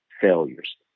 failures